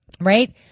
right